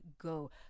go